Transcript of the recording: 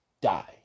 die